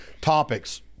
topics